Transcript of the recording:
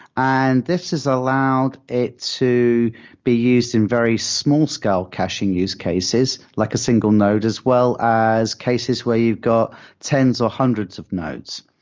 and this has allowed it to be used in very small caching use cases, like a single node as well as cases where you've got tens or hundreds of nodes.